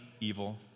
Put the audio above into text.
evil